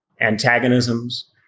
antagonisms